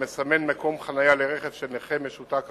המסמן מקום חנייה לרכב של נכה משותק רגליים,